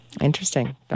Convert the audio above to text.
Interesting